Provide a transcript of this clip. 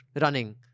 running